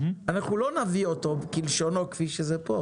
לא נביא את זה כלשונו כפי שהוא כאן.